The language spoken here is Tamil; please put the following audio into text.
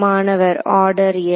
மாணவர் ஆர்டர் n